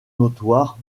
notoires